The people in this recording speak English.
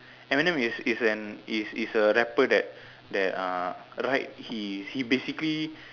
Eminem is is an is is a rapper that that uh write he he basically